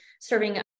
serving